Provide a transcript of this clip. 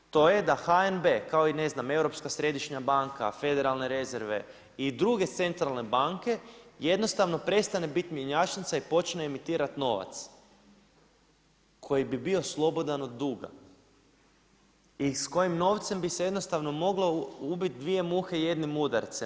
To je da HNB kao i ne znam, Europska središnja banka, federalne rezerve i druge centrale banke, jednostavno prestane biti mjenjačnica i počne emitirati novac koji bi bio slobodan od duga i s kojim novcem bi se jednostavno moglo ubiti dvije muhe jednim udarcem.